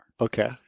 Okay